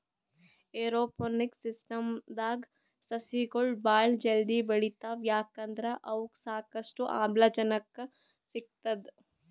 aeroponics ಸಿಸ್ಟಮ್ದಾಗ್ ಸಸಿಗೊಳ್ ಭಾಳ್ ಜಲ್ದಿ ಬೆಳಿತಾವ್ ಯಾಕಂದ್ರ್ ಅವಕ್ಕ್ ಸಾಕಷ್ಟು ಆಮ್ಲಜನಕ್ ಸಿಗ್ತದ್